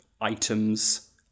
items